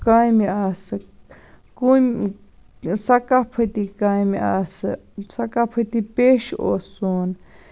کامہِ آسہٕ سَقافٔتی کامہِ آسہٕ سَقافٔتی پیشہٕ اوس سون